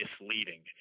misleading